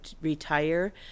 retire